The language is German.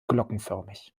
glockenförmig